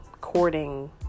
courting